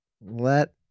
let